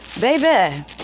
baby